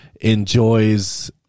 enjoys